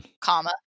comma